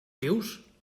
dius